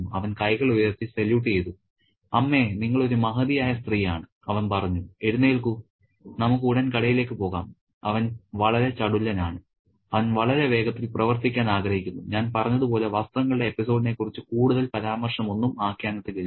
അവൻ കൈകൾ ഉയർത്തി സല്യൂട്ട് ചെയ്തു അമ്മേ നിങ്ങൾ ഒരു മഹതിയായ സ്ത്രീയാണ് അവൻ പറഞ്ഞു എഴുന്നേൽക്കു നമുക്ക് ഉടൻ കടയിലേക്ക് പോകാം അവൻ വളരെ ചടുലനാണ് അവൻ വളരെ വേഗത്തിൽ പ്രവർത്തിക്കാൻ ആഗ്രഹിക്കുന്നു ഞാൻ പറഞ്ഞതുപോലെ വസ്ത്രങ്ങളുടെ എപ്പിസോഡിനെക്കുറിച്ച് കൂടുതൽ പരാമർശമൊന്നും ആഖ്യാനത്തിൽ ഇല്ല